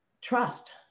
trust